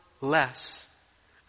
less